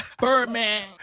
Birdman